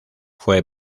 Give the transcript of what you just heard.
fue